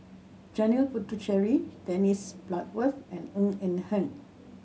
Janil Puthucheary Dennis Bloodworth and Ng Eng Hen